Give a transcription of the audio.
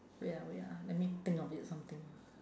wait ah wait ah let me think of it something